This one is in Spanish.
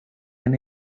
han